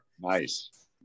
Nice